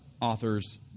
authors